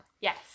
Yes